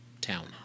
town